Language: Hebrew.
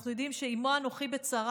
אנחנו יודעים ש"עמו אנוכי בצרה"